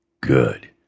Good